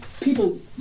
people